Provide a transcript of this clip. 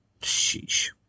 Sheesh